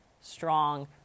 strong